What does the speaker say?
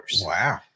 Wow